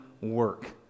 work